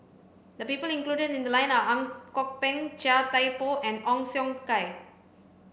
the people included in the lie are Ang Kok Peng Chia Thye Poh and Ong Siong Kai